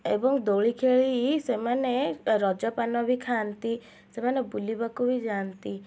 ଏବଂ ଦୋଳି ଖେଳି ସେମାନେ ରଜପାନ ବି ଖାଆନ୍ତି ସେମାନେ ବୁଲିବାକୁ ବି ଯାଆନ୍ତି